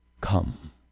come